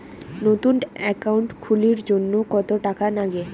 নতুন একাউন্ট খুলির জন্যে কত টাকা নাগে?